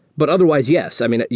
but otherwise, yes. i mean,